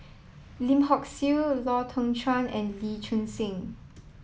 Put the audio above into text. Lim Hock Siew Lau Teng Chuan and Lee Choon Seng